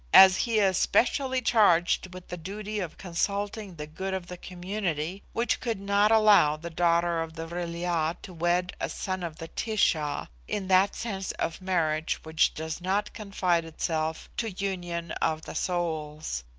as he is specially charged with the duty of consulting the good of the community, which could not allow the daughter of the vril-ya to wed a son of the tish-a, in that sense of marriage which does not confine itself to union of the souls.